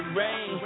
rain